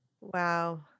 Wow